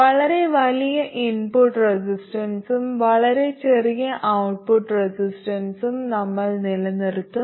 വളരെ വലിയ ഇൻപുട്ട് റെസിസ്റ്റൻസും വളരെ ചെറിയ ഔട്ട്പുട്ട് റെസിസ്റ്റൻസും നമ്മൾ നിലനിർത്തും